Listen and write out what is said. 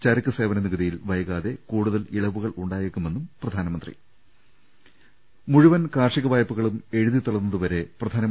ചരക്കുസേവന നികുതിയിൽ വൈകാതെ കൂടുതൽ ഇളവുകൾ ഉണ്ടാ യേക്കുമെന്നും പ്രധാനമന്ത്രി മുഴുവൻ കാർഷിക വായ്പകളും എഴുതിതള്ളുന്നതുവരെ പ്രധാനമ